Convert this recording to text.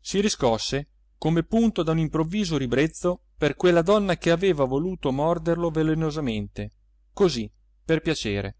si riscosse come punto da un improvviso ribrezzo per quella donna che aveva voluto morderlo velenosamente così per piacere